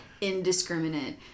indiscriminate